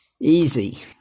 Easy